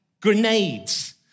Grenades